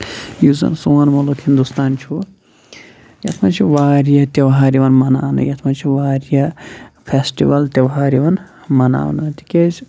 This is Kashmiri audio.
یُس زَن سون مُلُک ہِندوستان چھُ یَتھ منٛز چھُ واریاہ تیوہار یِوَان مَناونہٕ یَتھ منٛز چھِ واریاہ فیسٹِول تیوہار یِوَان مناونہٕ تِکیازِ